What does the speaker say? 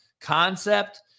concept